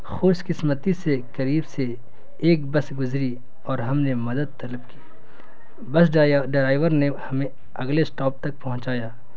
خوش قسمتی سے قریب سے ایک بس گزری اور ہم نے مدد طلب کی بس ڈرائیور نے ہمیں اگلے اسٹاپ تک پہنچایا